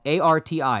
ARTI